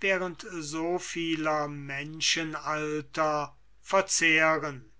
während so vieler menschenalter verzehren